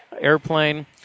airplane